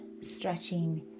stretching